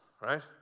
right